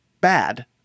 bad